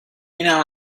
اینم